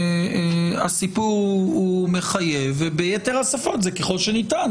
הסיפור הוא מחייב וביתר השפות זה "ככל שניתן".